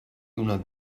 una